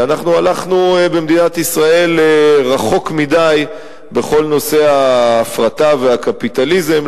שהלכנו במדינת ישראל רחוק מדי בכל נושא ההפרטה והקפיטליזם,